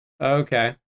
Okay